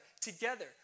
together